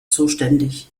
zuständig